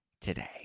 today